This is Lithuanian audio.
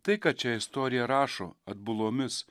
tai ką čia istorija rašo atbulomis